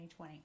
2020